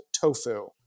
Tofu